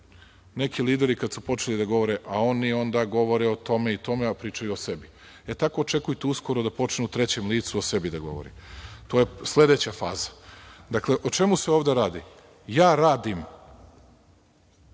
neki lideri počeli da govore - a oni onda govore o tome i tome, a pričaju o sebi. E, tako očekujte uskoro da počnu u trećem licu o sebi do govore. To je sledeća faza. Dakle, o čemu se ovde radi? Ja radim